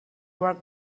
work